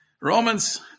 Romans